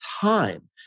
time